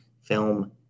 film